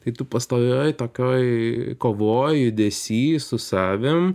tai tu pastovioj tokioj kovoj judesy su savim